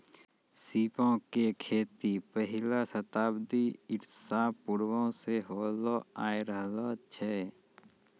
सीपो के खेती पहिले शताब्दी ईसा पूर्वो से होलो आय रहलो छै